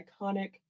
iconic